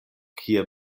kie